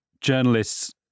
journalists